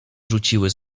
rzuciły